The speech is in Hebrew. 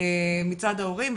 מצד ההורים,